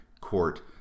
court